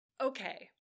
Okay